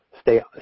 stay